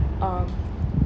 um